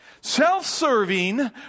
self-serving